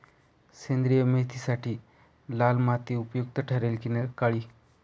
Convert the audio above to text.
सेंद्रिय मेथीसाठी लाल माती उपयुक्त ठरेल कि काळी?